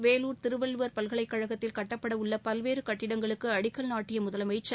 வேலூர் திருவள்ளுவர் பல்கலைக்கழகத்தில் கட்டப்பட உள்ள பல்வேறு கட்டங்களுக்கு அடிக்கல் நாட்டிய முதலமைச்சர்